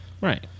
Right